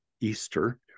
easter